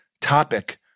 topic